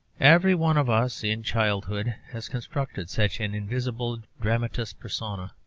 every one of us in childhood has constructed such an invisible dramatis personae,